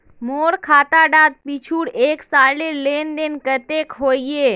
मोर खाता डात पिछुर एक सालेर लेन देन कतेक होइए?